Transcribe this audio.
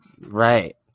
Right